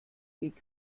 weg